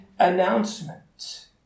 announcement